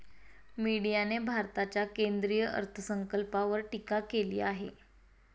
मीडियाने भारताच्या केंद्रीय अर्थसंकल्पावर टीका केली आहे